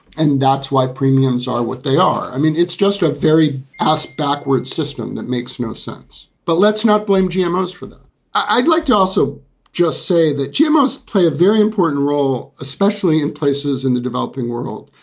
and that's why premiums are what they are. i mean, it's just a very ass backwards system that makes no sense. but let's not blame gm most for them i'd like to also just say that gm must play a very important role, especially in places in the developing world,